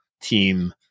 team